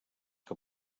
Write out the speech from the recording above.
que